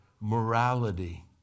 morality